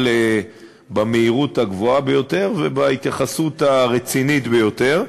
במהירות הגבוהה ביותר ובהתייחסות הרצינית ביותר.